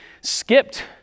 skipped